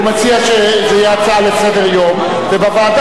הוא מציע שזה יהיה הצעה לסדר-יום ובוועדה